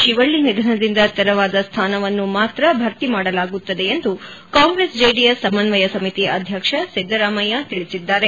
ಶಿವಳ್ಳ ನಿಧನದಿಂದ ತೆರವಾದ ಸ್ಥಾನವನ್ನು ಮಾತ್ರ ಭರ್ತಿ ಮಾಡಲಾಗುತ್ತದೆ ಎಂದು ಕಾಂಗ್ರೆಸ್ ಜೆಡಿಎಸ್ ಸಮಸ್ವಯ ಸಮಿತಿ ಅಧ್ಯಕ್ಷ ಸಿದ್ದರಾಮಯ್ಯ ತಿಳಿಸಿದ್ದಾರೆ